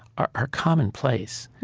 are are commonplace.